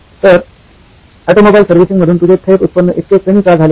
तर automobile servicing मधून तुझे थेट उत्पन्न इतके कमी का झाले आहे